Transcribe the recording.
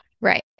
Right